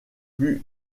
plus